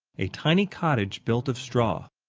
a tiny cottage built of straw.